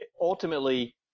ultimately